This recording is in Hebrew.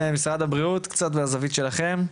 משרד הבריאות קצת מהזווית שלכם?